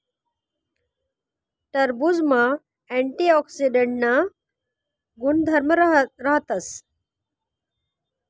टरबुजमा अँटीऑक्सीडांटना गुणधर्म राहतस